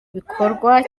igikorwa